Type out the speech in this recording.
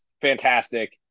fantastic